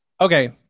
Okay